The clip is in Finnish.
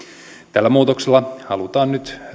tällä muutoksella halutaan nyt